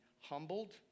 humbled